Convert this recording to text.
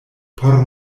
por